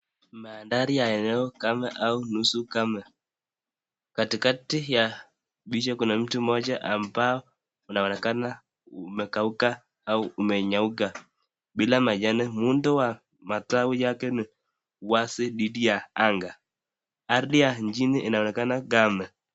Maandari ya eneo kame au nusu kame. Katikati ya picha kuna mtu mmoja ambao anaonekana umekauka au umenyauka bila majani. Muundo wa matawi yake ni wazi didi ya anga. Hali ya nchini huonekana kame.